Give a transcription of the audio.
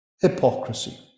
Hypocrisy